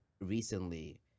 recently